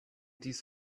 these